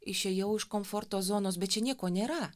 išėjau iš komforto zonos bet čia nieko nėra